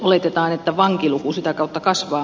oletetaan että vankiluku sitä kautta kasvaa